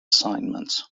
assignments